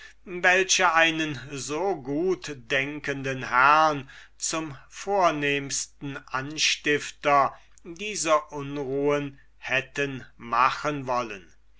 welche einen so gut denkenden herrn zum vornehmsten anstifter dieser unruhen hätten machen wollen